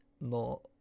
more